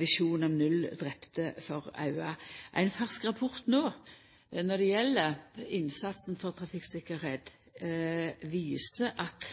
visjonen om null drepne. Ein fersk rapport om innsatsen for trafikktryggleik viser at